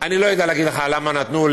לא יודע לומר לך למה להם נתנו,